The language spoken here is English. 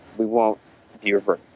we won't gear for.